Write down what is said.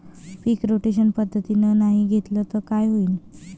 पीक rotation पद्धतीनं नाही घेतलं तर काय होईन?